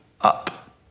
up